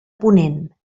ponent